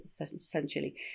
essentially